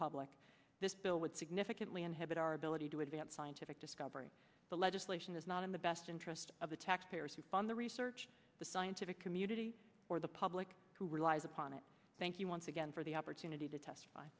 public this bill would significantly inhibit our ability to advance scientific discovery the legislation is not in the best interest of the taxpayers who fund the research the scientific community or the public who relies upon it thank you once again for the opportunity to testify